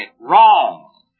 Wrong